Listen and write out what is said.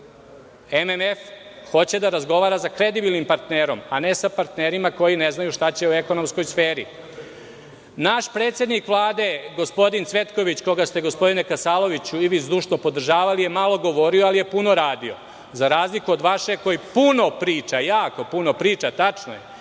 MMF hoće da razgovara sa kredibilnim partnerom, a ne sa partnerima koji ne znaju šta će u ekonomskoj sferi. Naš predsednik Vlade, gospodin Cvetković, koga ste gospodine Kasaloviću i vi zdušno podržavali je malo govorio, ali je puno radio, za razliku od vašeg koji puno priča, jako puno priča. Tačno je.